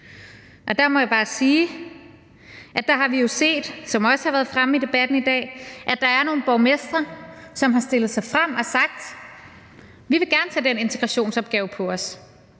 Der må jeg bare sige, at der har vi jo set, som det også har været fremme i debatten i dag, at der er nogle borgmestre, som har stillet sig frem og sagt: Vi vil gerne tage den integrationsopgave på os.